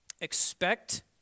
expect